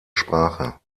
sprache